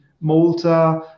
malta